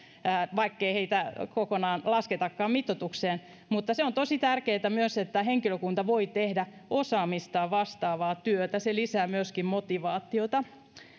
vaikkei heitä kokonaan lasketakaan mitoitukseen niin se on tosi tärkeätä myös että henkilökunta voi tehdä osaamistaan vastaavaa työtä se lisää myöskin motivaatiota